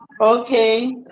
okay